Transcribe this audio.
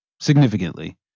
significantly